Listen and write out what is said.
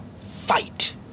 fight